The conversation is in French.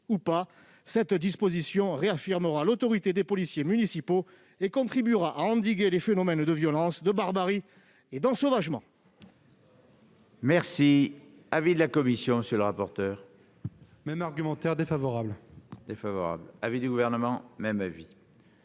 permettra de réaffirmer l'autorité des policiers municipaux et contribuera à endiguer les phénomènes de violence, de barbarie et d'ensauvagement.